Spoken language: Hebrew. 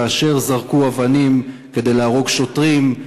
כאשר זרקו אבנים כדי להרוג שוטרים,